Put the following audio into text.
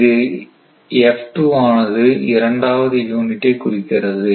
இங்கு ஆனது இரண்டாவது யூனிட் ஐ குறிக்கிறது